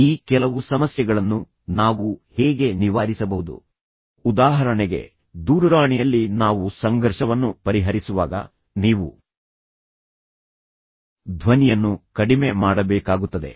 ಈ ಕೆಲವು ಸಮಸ್ಯೆಗಳನ್ನು ನಾವು ಹೇಗೆ ನಿವಾರಿಸಬಹುದು ಉದಾಹರಣೆಗೆ ದೂರವಾಣಿಯಲ್ಲಿ ನಾವು ಸಂಘರ್ಷವನ್ನು ಪರಿಹರಿಸುವಾಗ ನೀವು ಧ್ವನಿಯನ್ನು ಕಡಿಮೆ ಮಾಡಬೇಕಾಗುತ್ತದೆ